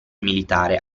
militare